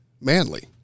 manly